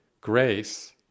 grace